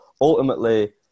ultimately